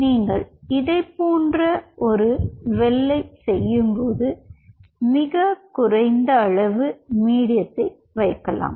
நீங்கள் இதைப் போன்ற ஒரு வெல்லை செய்யும்போது மிகக் குறைந்த அளவு மீடியத்தை வைக்கலாம்